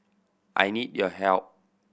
I need your help